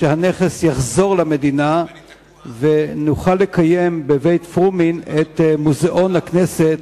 כך שהנכס יוחזר למדינה ונוכל לקיים בבית-פרומין את מוזיאון הכנסת,